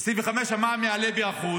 ב-2025 המע"מ יעלה ב-1%,